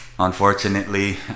Unfortunately